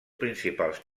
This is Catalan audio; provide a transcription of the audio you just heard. principals